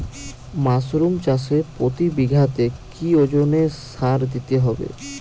Mushroom চাষে প্রতি বিঘাতে কি ওজনে সার দিতে হবে?